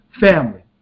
family